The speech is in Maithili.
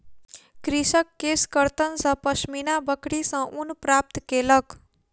कृषक केशकर्तन सॅ पश्मीना बकरी सॅ ऊन प्राप्त केलक